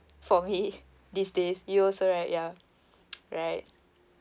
for me these days you also right ya right